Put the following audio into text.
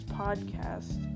podcast